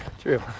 True